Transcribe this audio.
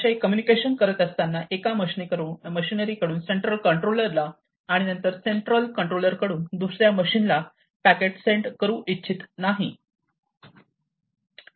असे कम्युनिकेशन करत असताना एका मशिनरी कडून सेंट्रल कंट्रोलरला आणि नंतर सेंट्रल कंट्रोलर कडून दुसऱ्या मशीनला पॅकेट सेंड करू इच्छित नाही